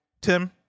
Tim